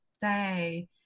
say